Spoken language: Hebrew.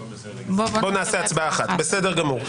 בסדר.